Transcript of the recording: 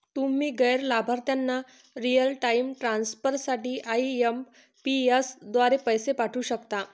तुम्ही गैर लाभार्थ्यांना रिअल टाइम ट्रान्सफर साठी आई.एम.पी.एस द्वारे पैसे पाठवू शकता